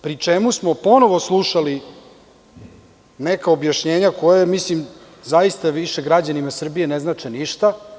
Pri čemu smo ponovo slušali neka objašnjenja koja zaista više građanima Srbije ne znače ništa.